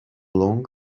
along